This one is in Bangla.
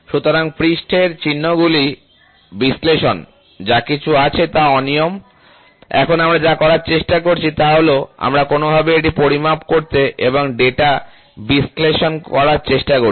সুতরাং পৃষ্ঠের চিহ্নগুলির বিশ্লেষণ যা কিছু আছে তা অনিয়ম এখন আমরা যা করার চেষ্টা করছি তা হল আমরা কোনওভাবে এটি পরিমাপ করতে এবং ডেটা বিশ্লেষণ করার চেষ্টা করছি